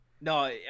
No